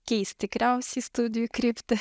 keis tikriausiai studijų kryptį